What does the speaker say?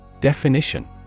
Definition